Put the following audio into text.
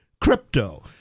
crypto